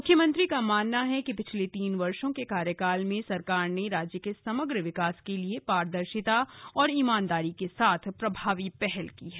मुख्यमंत्री का मानना है कि पिछले तीन वर्षो के कार्यकाल में सरकार ने राज्य के समग्र विकास के लिए पारदर्शिता और ईमानदारी के साथ प्रभावी पहल की है